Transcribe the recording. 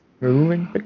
moving